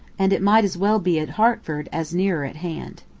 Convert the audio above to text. and it might as well be at hertford as nearer at hand.